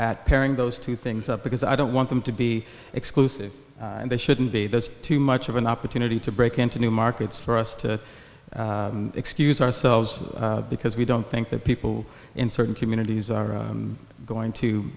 at pairing those two things up because i don't want them to be exclusive and they shouldn't be there's too much of an opportunity to break into new markets for us to excuse ourselves because we don't think that people in certain communities are going to